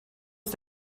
ist